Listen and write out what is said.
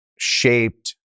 shaped